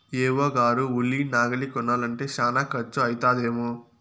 AO గారు ఉలి నాగలి కొనాలంటే శానా కర్సు అయితదేమో